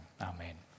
Amen